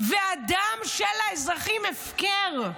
והדם של האזרחים הפקר.